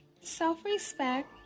Self-respect